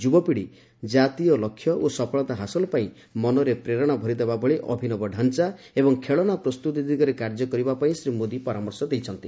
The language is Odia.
ଯୁବପିଢ଼ି ଜାତୀୟ ଲକ୍ଷ୍ୟ ଓ ସଫଳତା ହାସଲ ପାଇଁ ମନରେ ପ୍ରେରଣା ଭରିଦେବା ଭଳି ଅଭିନବ ଡାଞ୍ଚା ଏବଂ ଖେଳଣା ପ୍ରସ୍ତତି ଦିଗରେ କାର୍ଯ୍ୟ କରିବା ପାଇଁ ଶ୍ରୀ ମୋଦି ପରାମର୍ଶ ଦେଇଛନ୍ତି